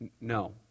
No